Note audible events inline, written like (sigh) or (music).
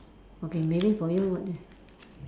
okay maybe for you what the (noise)